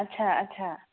आछा आछा